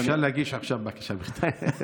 אפשר להגיש עכשיו בקשה בכתב.